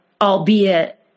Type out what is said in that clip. albeit